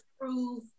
prove